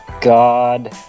god